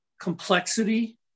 complexity